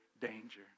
danger